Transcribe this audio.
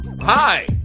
Hi